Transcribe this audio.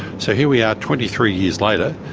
so here we are, twenty three years later,